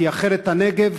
אחרת הנגב